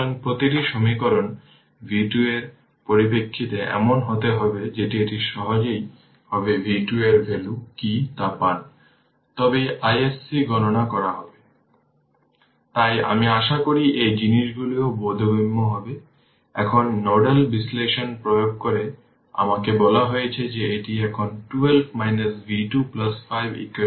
সুতরাং half L হল 02 henry L 0 এর ইনিশিয়াল ভ্যালু হল 2 অ্যাম্পিয়ার তাই 2 স্কোয়ার যা 04 জুল তাই 1 Ω রেজিষ্টর ডিকে প্রাপ্ত এনার্জি L I0 L 0 এর শতাংশ হল 0256 যেটি রেজিস্টর 0256 এবং ইনিশিয়াল এনার্জি স্টোরড